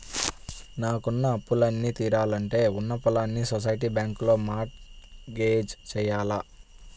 నాకున్న అప్పులన్నీ తీరాలంటే ఉన్న పొలాల్ని సొసైటీ బ్యాంకులో మార్ట్ గేజ్ జెయ్యాల